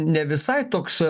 ne visai toks